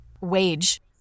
wage